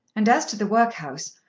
and, as to the workhouse,